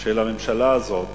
של הממשלה הזאת